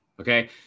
okay